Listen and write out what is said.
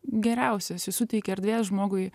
geriausias jis suteikia erdvės žmogui